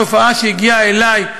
תופעה שהגיעה אלי,